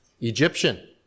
Egyptian